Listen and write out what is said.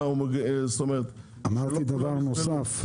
אמרתי דבר נוסף,